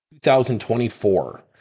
2024